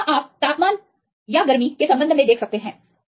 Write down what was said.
तो यहाँ आप तापमान बनाम गर्मी क्षमता के संबंध में देख सकते हैं